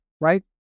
right